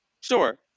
sure